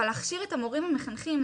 אבל להכשיר את המורים המחנכים.